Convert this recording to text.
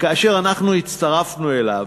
וכאשר אנחנו הצטרפנו אליו,